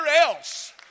else